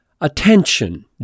attention